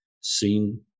seen